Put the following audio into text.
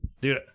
dude